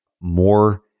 more